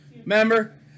Remember